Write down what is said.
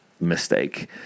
mistake